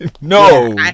no